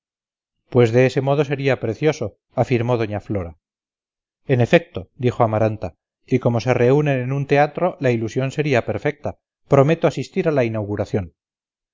pues de ese modo sería precioso afirmó doña flora en efecto dijo amaranta y como se reúnen en un teatro la ilusión sería perfecta prometo asistir a la inauguración